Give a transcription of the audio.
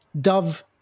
Dove